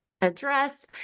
address